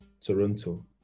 Toronto